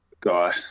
guy